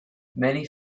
many